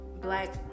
black